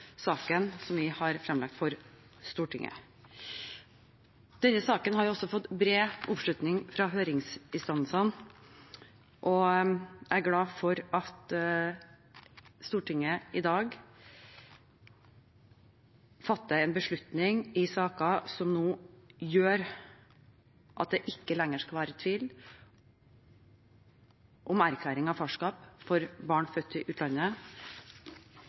saken som vi har fremlagt for Stortinget. Denne saken har også fått bred oppslutning fra høringsinstansene, og jeg er glad for at Stortinget i dag fatter en beslutning i saken som nå gjør at det ikke lenger skal være tvil om erklæringen av farskap for barn født i utlandet.